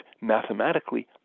mathematically